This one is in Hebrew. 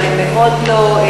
אבל הם מאוד לא,